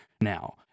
now